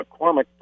McCormick